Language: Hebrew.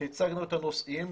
והצגנו את הנושאים,